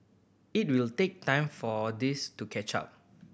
it will take time for this to catch up